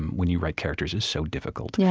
when you write characters, is so difficult. yeah